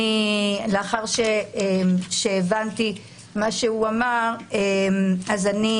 לאחר שהבנתי מה שהוא אמר, אז אני